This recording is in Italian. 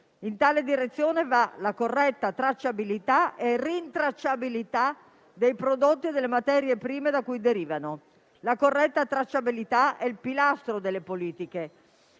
In tale direzione va la corretta tracciabilità e rintracciabilità dei prodotti e delle materie prime da cui derivano. La corretta tracciabilità è il pilastro delle politiche